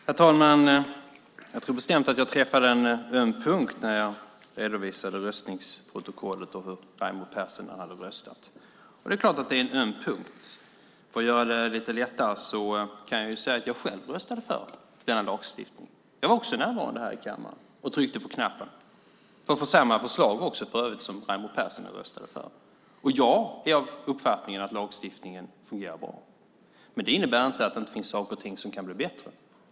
Herr talman! Jag tror bestämt att jag träffade en öm punkt när jag redovisade röstningsprotokollet och hur Raimo Pärssinen hade röstat. Det är klart att det är en öm punkt. För att göra det lite lättare kan jag säga att jag själv röstade för denna lagstiftning. Jag var också närvarande här i kammaren och tryckte på knappen, och för övrigt också för samma förslag som Raimo Pärssinen röstade för. Jag är av uppfattningen att lagstiftningen fungerar bra. Men det innebär inte att det inte finns saker och ting som kan bli bättre.